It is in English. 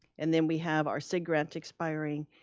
and then we have our sig grant expiring,